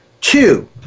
Two